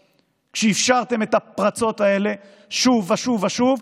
כשאפשרתם את הפרצות האלה שוב ושוב ושוב,